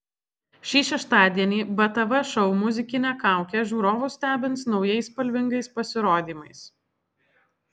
šį šeštadienį btv šou muzikinė kaukė žiūrovus stebins naujais spalvingais pasirodymais